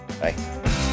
Bye